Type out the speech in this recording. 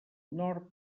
nord